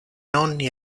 nonni